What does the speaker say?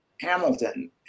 Hamilton